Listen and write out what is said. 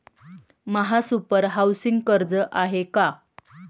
महासुपर हाउसिंग कर्ज आहे का?